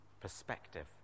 perspective